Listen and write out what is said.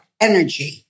energy